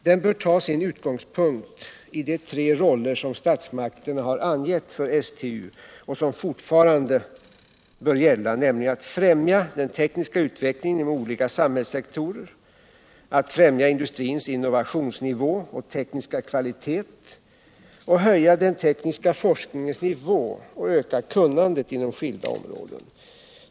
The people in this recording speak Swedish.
Den bör ta sin utgångspunkt i de tre roller som statsmakterna har angett för STU och som fortfarande bör gälla, nämligen att främja den tekniska utvecklingen inom olika samhällssektorer, att främja industrins innovationsnivå och tekniska kvalitet och att höja den tekniska forskningens nivå och öka kunnandet inom skilda områden.